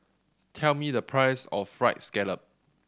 tell me the price of Fried Scallop